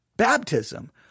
baptism